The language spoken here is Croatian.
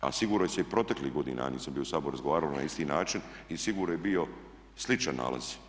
A sigurno se i proteklih godina, ja nisam bio u Saboru, razgovaralo na isti način i sigurno je bio sličan nalaz.